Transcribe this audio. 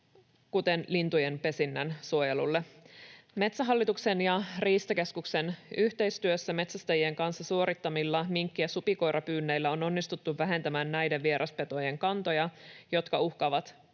kuten lintujen pesinnän suojelulle. Metsähallituksen ja riistakeskuksen yhteistyössä metsästäjien kanssa suorittamilla minkki- ja supikoirapyynneillä on onnistuttu vähentämään näiden vieraspetojen kantoja, jotka uhkaavat